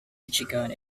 michigan